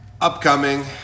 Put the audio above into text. Upcoming